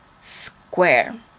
square